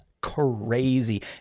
crazy